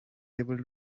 able